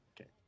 Okay